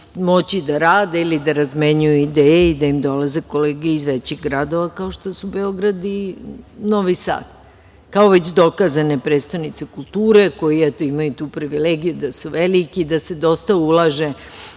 moći da rade ili da razmenjuju ideje i da im dolaze kolege iz većih gradova kao što su Beograd i Novi Sad, kao već dokazane prestonice kulture, koji eto, imaju tu privilegiju da su veliki, da se dosta ulaže